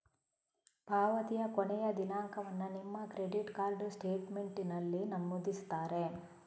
ಪಾವತಿಯ ಕೊನೆಯ ದಿನಾಂಕವನ್ನ ನಿಮ್ಮ ಕ್ರೆಡಿಟ್ ಕಾರ್ಡ್ ಸ್ಟೇಟ್ಮೆಂಟಿನಲ್ಲಿ ನಮೂದಿಸಿರ್ತಾರೆ